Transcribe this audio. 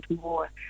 more